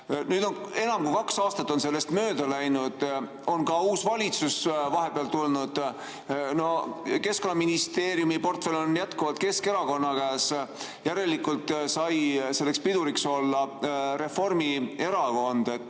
enam kui kaks aastat sellest mööda läinud, on ka uus valitsus vahepeal tulnud. No Keskkonnaministeeriumi portfell on jätkuvalt Keskerakonna käes, järelikult sai selleks piduriks olla Reformierakond.